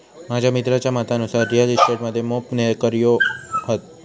माझ्या मित्राच्या मतानुसार रिअल इस्टेट मध्ये मोप नोकर्यो हत